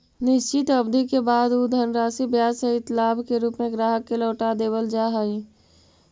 निश्चित अवधि के बाद उ धनराशि ब्याज सहित लाभ के रूप में ग्राहक के लौटा देवल जा हई